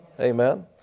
amen